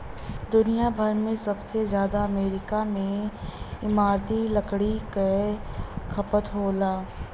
दुनिया भर में सबसे जादा अमेरिका में इमारती लकड़ी क खपत होला